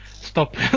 stop